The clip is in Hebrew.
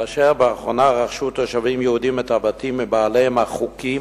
באחרונה רכשו תושבים יהודים את הבתים מבעליהם החוקיים,